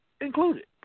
included